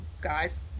guys